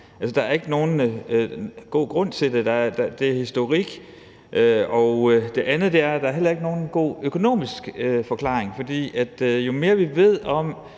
der er ikke nogen god grund til det. Det er historik. Og der er heller ikke nogen god økonomisk forklaring, for vi ved